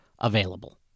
available